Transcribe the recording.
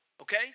okay